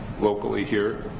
locally here,